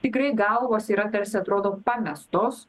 tikrai galvos yra tarsi atrodo pamestos